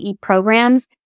programs